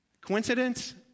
Coincidence